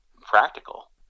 practical